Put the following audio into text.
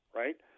right